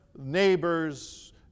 neighbors